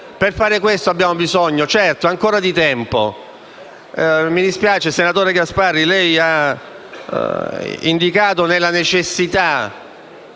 Per fare questo abbiamo bisogno ancora di tempo. Mi dispiace, senatore Gasparri, che lei abbia indicato nella necessità